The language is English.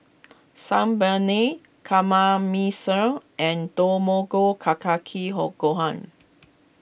sun Paneer and Tamago Ka Kake Gohan